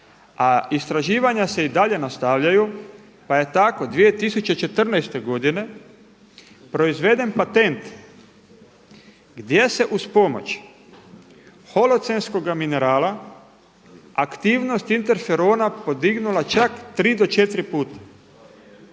A istraživanja se i dalje nastavljaju, pa je tako 2014. godine proizveden patent gdje se uz pomoć holocenskoga minerala aktivnost interferona podignula čak tri do četiri puta.